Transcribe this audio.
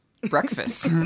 breakfast